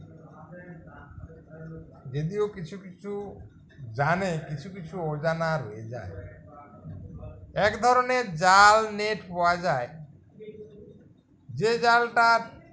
যদিও কিছু কিছু জানে কিছু কিছু অজানা রয়ে যায় এক ধরনের জাল নেট পাওয়া যায় যে জালটা